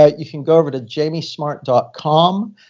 ah you can go over to jamiesmart dot com.